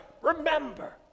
Remember